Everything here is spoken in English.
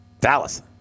Dallas